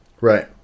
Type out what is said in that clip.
Right